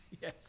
Yes